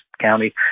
county